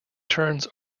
turns